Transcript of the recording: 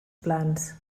plans